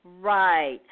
Right